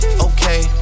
Okay